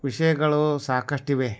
ವಿಷಯಗಳು ಸಾಕಷ್ಟಿವೆ